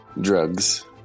Drugs